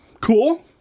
cool